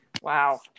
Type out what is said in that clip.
Wow